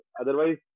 Otherwise